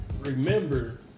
remember